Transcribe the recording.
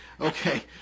Okay